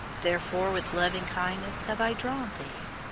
therefore with loving-kindness have i drawn thee.